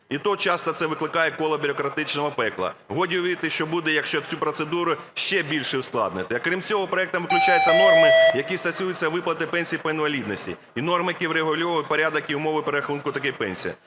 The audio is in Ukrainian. І то часто це викликає коло бюрократичного пекла. Годі уявити, що буде, якщо цю процедуру ще більше ускладнити. Крім цього, проектом виключаються норми, які стосуються виплати пенсій по інвалідності і норм, які врегульовують порядок і умови перерахунку таких пенсій.